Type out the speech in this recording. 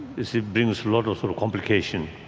is a brings a lot of sort of complication.